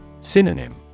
Synonym